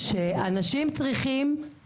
זה תקציב דו שנתי,